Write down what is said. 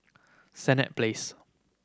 Senett Place